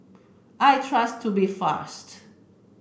I trust Tubifast